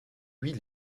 huit